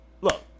look